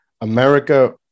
america